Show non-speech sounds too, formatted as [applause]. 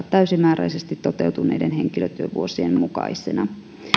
[unintelligible] täysimääräisesti toteutuneiden henkilötyövuosien mukaisena